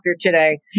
today